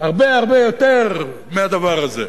הרבה הרבה יותר מהדבר הזה.